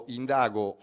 indago